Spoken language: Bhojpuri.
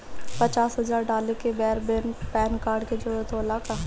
पचास हजार डाले के बेर पैन कार्ड के जरूरत होला का?